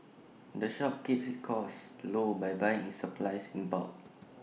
the shop keeps its costs low by buying its supplies in bulk